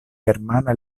germana